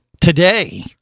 today